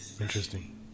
Interesting